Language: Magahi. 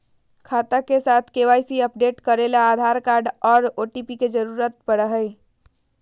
खाता के साथ के.वाई.सी अपडेट करे ले आधार कार्ड आर ओ.टी.पी के जरूरत पड़ो हय